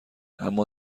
اما